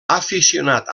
aficionat